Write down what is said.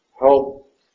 help